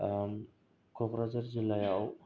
क'क्राझार जिल्लायाव